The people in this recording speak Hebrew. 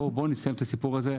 בואו נסיים את הסיפור הזה.